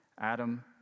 Adam